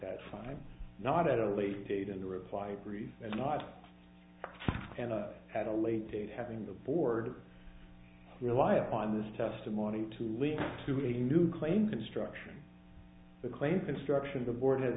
that time not at a later date in the reply brief and not and at a later date having the board rely upon this testimony to lead to a new claim construction the claim construction the board at